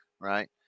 right